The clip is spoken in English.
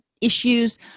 issues